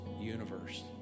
universe